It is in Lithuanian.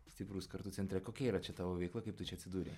stiprūs kartu centre kokia yra čia tavo veikla kaip tu čia atsidūrei